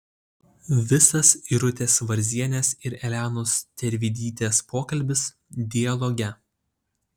visas irutės varzienės ir elenos tervidytės pokalbis dialoge